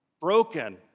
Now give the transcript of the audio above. broken